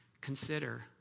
consider